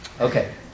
Okay